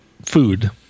food